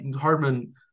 Hardman